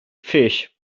fish